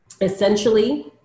essentially